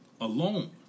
alone